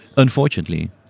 unfortunately